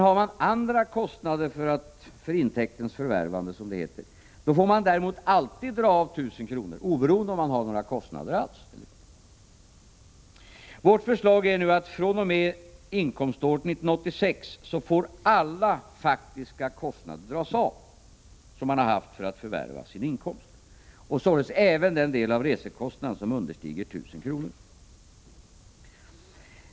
Har man andra kostnader för intäkternas förvärvande, som det heter, får man däremot alltid dra av 1 000 kr. — oberoende av om man har några kostnader alls. Vårt förslag är nu att fr.o.m. inkomståret 1986 alla faktiska kostnader som man haft för att förvärva sin inkomst får dras av — således även den del av resekostnaderna som understiger 1 000 kr.